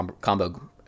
combo